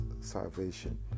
salvation